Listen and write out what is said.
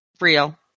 real